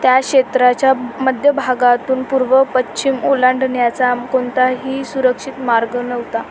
त्या क्षेत्राच्या मध्यभागातून पूर्व पश्चिम ओलांडण्याचा कोणताही सुरक्षित मार्ग नव्हता